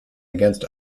against